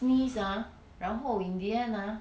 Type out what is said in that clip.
sneeze ah 然后 in the end ah